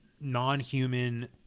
non-human